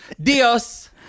Dios